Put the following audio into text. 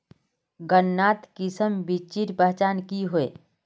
गन्नात किसम बिच्चिर पहचान की होय?